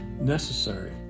necessary